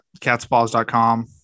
catspaws.com